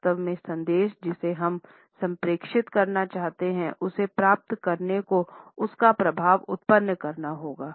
वास्तव में संदेश जिसे हम संप्रेषित करना चाहते हैं उसे प्राप्त करने को उसका प्रभाव उत्पन्न करना होगा